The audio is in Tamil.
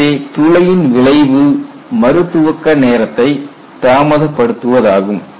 எனவே துளையின் விளைவு மறு துவக்க நேரத்தை தாமதப்படுத்துவதாகும்